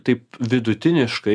taip vidutiniškai